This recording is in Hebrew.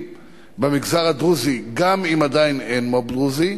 במגזר הדרוזי גם אם עדיין אין מו"פ דרוזי,